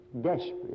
desperate